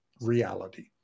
reality